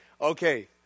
Okay